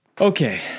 Okay